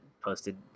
posted